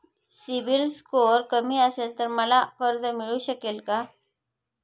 CIBIL score कमी असेल तर मला कर्ज मिळू शकेल का?